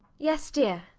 yes, dear.